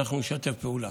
אנחנו נשתף פעולה.